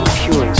pure